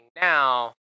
now